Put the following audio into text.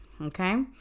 Okay